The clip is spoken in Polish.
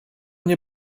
nie